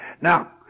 Now